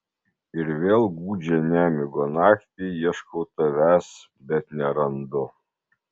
ir vėl gūdžią nemigo naktį ieškau tavęs bet nerandu